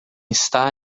está